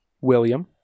William